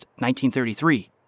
1933